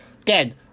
again